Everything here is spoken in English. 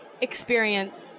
experience